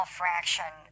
fraction